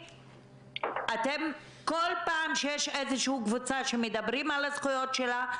כל פעם שיש איזה קבוצה שמדברים על הזכויות שלה,